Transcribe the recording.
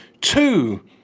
two